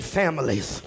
families